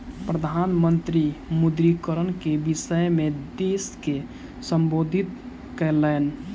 प्रधान मंत्री विमुद्रीकरण के विषय में देश के सम्बोधित कयलैन